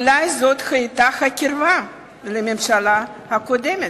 אולי זאת היתה הקרבה לממשלה הקודמת.